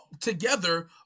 together